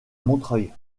montreuil